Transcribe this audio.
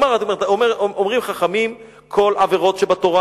אומרים חכמים: "כל עבירות שבתורה,